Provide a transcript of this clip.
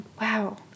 Wow